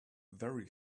very